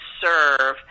serve